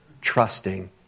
trusting